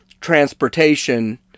transportation